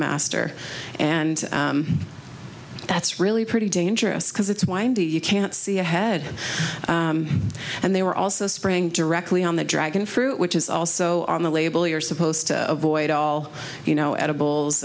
master and that's really pretty dangerous because it's windy you can't see ahead and they were also spraying directly on the dragon fruit which is also on the label you're supposed to avoid all you know